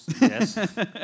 yes